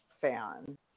fan